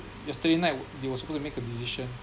yesterday night they were supposed to make a decision